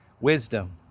Wisdom